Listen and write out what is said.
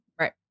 Right